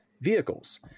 vehicles